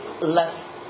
left